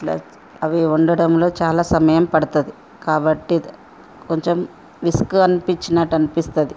ఇట్లా అవి వండడంలో చాలా సమయం పడతది కాబట్టి కొంచెం విసుగు అనిపిచ్చినట్టనిపిస్తుంది